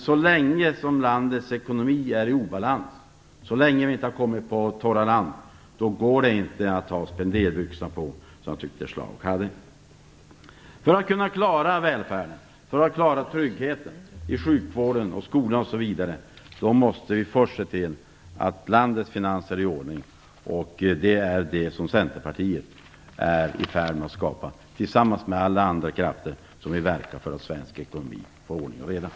Så länge som landets ekonomi är i obalans går det inte att ha spenderbyxorna på, vilket jag tycker att För att vi skall kunna klara välfärden och tryggheten inom skola och sjukvård måste vi först se till att landets finanser är i ordning. Det är Centerpartiet i färd med att skapa tillsammans med alla andra krafter som vill verka för att få ordning på svensk ekonomi.